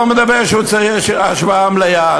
מדבר על כך שצריכה להיות השוואה מלאה.